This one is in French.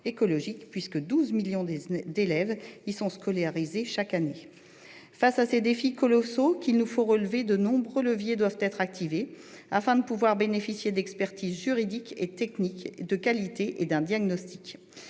puisque 12 millions d'élèves sont scolarisés chaque année. Face aux défis colossaux qu'il nous faut relever, de nombreux leviers doivent être activés, afin de bénéficier d'expertises juridiques et techniques de qualité, mais aussi